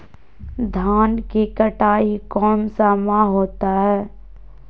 धान की कटाई कौन सा माह होता है?